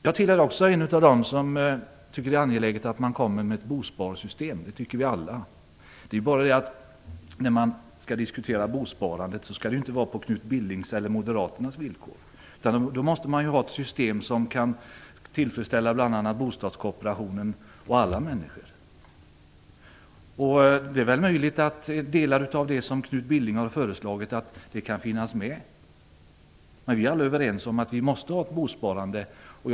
Jag tillhör också dem som tycker att det är angeläget att få till stånd ett bosparsystem. Det tycker vi alla. Det är bara det att det inte skall vara ett bosparande på Knut Billings eller Moderaternas villkor, utan det måste vara ett system som kan tillfredsställa bl.a. bostadskooperationen och alla människor. Men vi är alla överens om att vi måste ha ett bosparande, och det är möjligt att delar av det som Knut Billing har föreslagit kan finnas med.